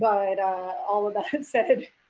but all of that said,